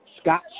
Scott